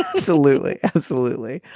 absolutely absolutely